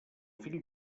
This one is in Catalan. fill